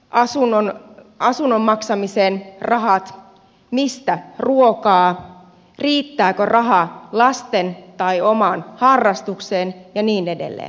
mistä asunnon maksamiseen rahat mistä ruokaa riittääkö raha lasten tai omaan harrastukseen ja niin edelleen